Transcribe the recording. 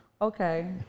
Okay